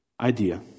idea